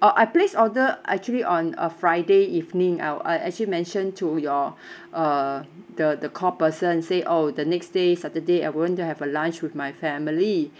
uh I place order actually on a friday evening I wa~ I actually mention to your uh the the call person say orh the next day saturday I going to have a lunch with my family